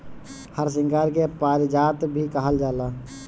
हरसिंगार के पारिजात भी कहल जाला